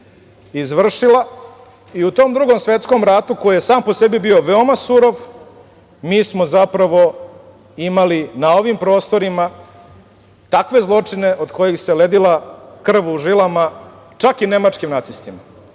i tom Drugom svetskom ratu koji se sam po sebi bio veoma surov, mi smo, zapravo imali na ovim prostorima takve zločine od kojih se ledila krv u žilama, čak i nemačkim nacistima.